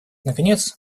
наконец